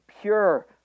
pure